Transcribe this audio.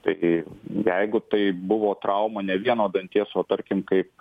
tai jeigu tai buvo trauma ne vieno danties o tarkim kaip